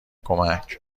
کمک